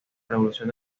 revolución